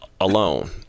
alone